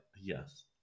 Yes